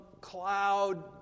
cloud